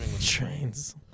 Trains